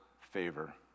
favor